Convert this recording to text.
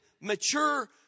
mature